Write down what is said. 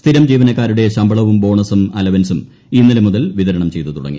സ്ഥിരം ജീവനക്കാരുടെ ശമ്പളവും ബോണസും അലവൻസും ഇന്നലെ മുതൽ വിതരണം ചെയ്തു തുടങ്ങി